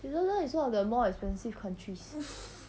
switzerland is one of the more expensive countries